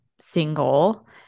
single